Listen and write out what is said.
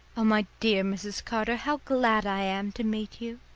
oh, my dear mrs. carter, how glad i am to meet you!